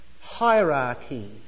hierarchy